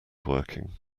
working